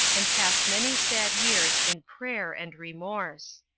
and passed many sad years in prayer and remorse.